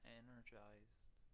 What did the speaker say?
energized